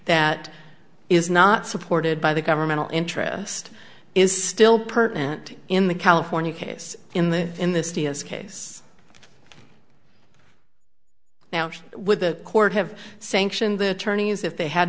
that is not supported by the governmental interest is still pertinent in the california case in the in the city is case now with the court have sanctioned the attorneys if they had